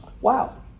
wow